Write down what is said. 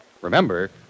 Remember